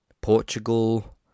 Portugal